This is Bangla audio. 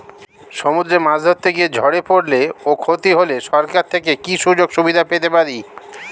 সমুদ্রে মাছ ধরতে গিয়ে ঝড়ে পরলে ও ক্ষতি হলে সরকার থেকে কি সুযোগ সুবিধা পেতে পারি?